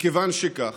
מכיוון שכך,